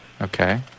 Okay